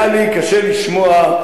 היה לי קשה לשמוע,